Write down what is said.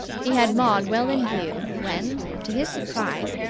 he had maud well in view when, to his surprise,